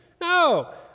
No